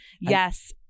yes